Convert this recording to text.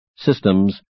Systems